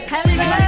Hello